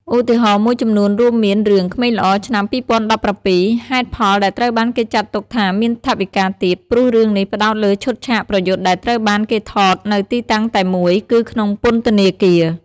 ឧទាហរណ៍មួយចំនួនរួមមាន រឿង ក្មេងល្អឆ្នាំ 2017 ហេតុផលដែលត្រូវបានគេចាត់ទុកថាមានថវិកាទាប ព្រោះរឿងនេះផ្តោតលើឈុតឆាកប្រយុទ្ធដែលត្រូវបានគេថតនៅទីតាំងតែមួយ គឺក្នុងពន្ធនាគារ។